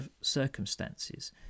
circumstances